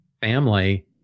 family